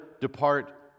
depart